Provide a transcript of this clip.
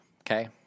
Okay